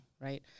right